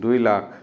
দুই লাখ